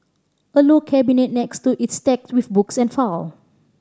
a low cabinet next to it's stacked with books and file